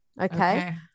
Okay